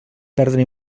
perdre